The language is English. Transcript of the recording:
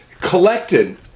collected